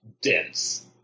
dense